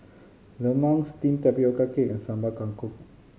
lemang steamed tapioca cake and Sambal Kangkong